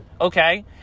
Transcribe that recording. okay